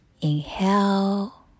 inhale